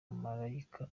malayika